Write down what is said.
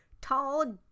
tall